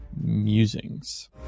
Musings